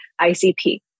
ICP